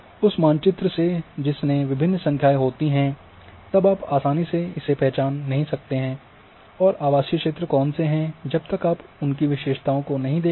उस नक्शे से जिसमे विभिन्न संख्याएं होती हैं तब आप आसानी से पहचान नहीं सकते हैं कि आवासीय क्षेत्र कौन से हैं जब तक आप उनकी विशेषताओं को नहीं देख लेते